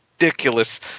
ridiculous